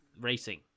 racing